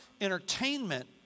entertainment